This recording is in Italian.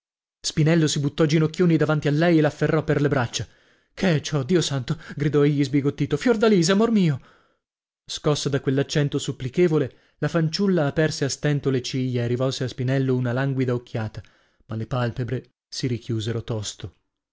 spinello si buttò ginocchioni davanti a lei e l'afferrò per le braccia che è ciò dio santo gridò egli sbigottito fiordalisa amor mio scossa da quell'accento supplichevole la fanciulla aperse a stento le ciglia e rivolse a spinello una languida occhiata ma le palpebre si richiusero tosto